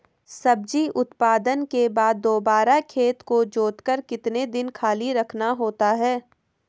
सब्जी उत्पादन के बाद दोबारा खेत को जोतकर कितने दिन खाली रखना होता है?